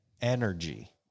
energy